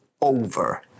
over